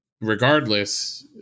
regardless